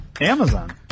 Amazon